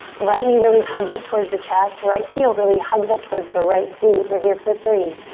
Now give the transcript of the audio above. right knee really hugs up towards the chest. right heel really hugs up towards the right glute. we're here for three.